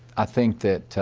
i think that